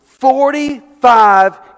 Forty-five